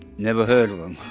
never heard of them.